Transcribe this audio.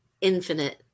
Infinite